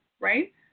right